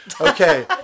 Okay